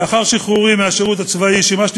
לאחר שחרורי מהשירות הצבאי שימשתי